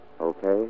Okay